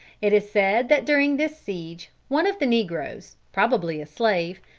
it is said that during this siege, one of the negroes, probably a slave,